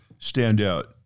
standout